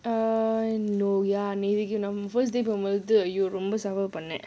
err no first day பண்ணேன்:pannaen